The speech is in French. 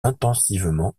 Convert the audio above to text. intensivement